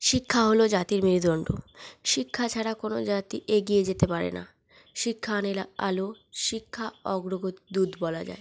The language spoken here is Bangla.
শিক্ষা হলো জাতির মেরুদন্ড শিক্ষা ছাড়া কোনো জাতি এগিয়ে যেতে পারে না শিক্ষা আনে আলো শিক্ষা অগ্রগোত দূত বলা যায়